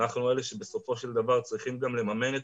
אנחנו אלה שבסופו של דבר צריכים גם לממן את